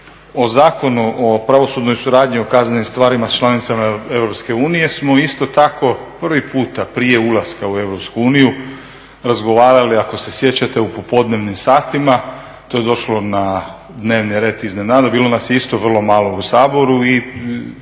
O Zakonu o pravosudnoj suradnji u kaznenim stvarima s članicama EU smo isto tako prvi puta prije ulaska u EU razgovarali ako se sjećate u popodnevnim satima. To je došlo na dnevni red iznenada. Bilo nas je isto vrlo malo u Saboru i